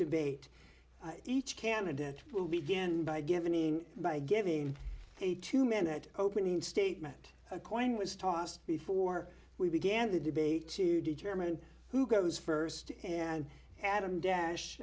debate each candidate will begin by given by giving a two minute opening statement a coin was tossed before we began the debate to determine who goes first and adam dash